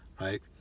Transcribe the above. right